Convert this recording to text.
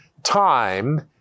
time